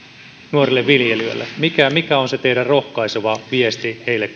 nuorille viljelijöille mikä mikä on se teidän rohkaiseva viestinne heille